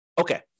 Okay